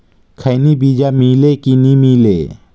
खैनी बिजा मिले कि नी मिले?